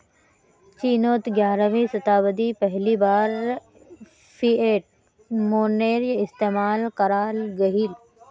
चिनोत ग्यारहवीं शाताब्दित पहली बार फ़िएट मोनेय्र इस्तेमाल कराल गहिल